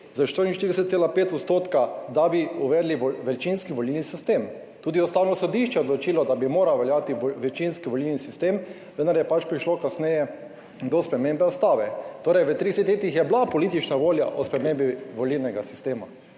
odstotka, da bi uvedli večinski volilni sistem. Tudi Ustavno sodišče je odločilo, da bi moral veljati večinski volilni sistem, vendar je pač prišlo kasneje do spremembe Ustave. Torej v 30 letih je bila politična volja o spremembi volilnega sistema,